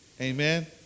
Amen